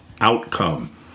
outcome